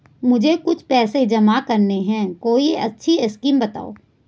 मुझे कुछ पैसा जमा करना है कोई अच्छी स्कीम बताइये?